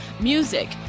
music